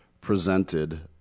presented